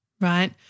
right